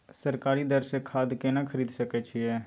सरकारी दर से खाद केना खरीद सकै छिये?